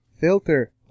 Filter